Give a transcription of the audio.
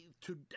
today